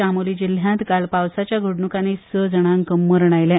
चामोली जिल्ल्यात काल पावसाच्या घडण्कानी स जणांक मरण आयले